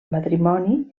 matrimoni